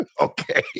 Okay